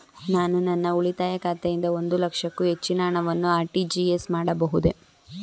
ನಾನು ನನ್ನ ಉಳಿತಾಯ ಖಾತೆಯಿಂದ ಒಂದು ಲಕ್ಷಕ್ಕೂ ಹೆಚ್ಚಿನ ಹಣವನ್ನು ಆರ್.ಟಿ.ಜಿ.ಎಸ್ ಮಾಡಬಹುದೇ?